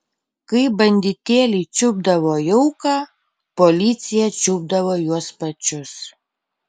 kai banditėliai čiupdavo jauką policija čiupdavo juos pačius